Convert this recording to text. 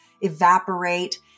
evaporate